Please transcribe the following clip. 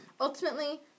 Ultimately